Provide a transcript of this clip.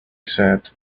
said